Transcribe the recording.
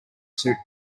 suit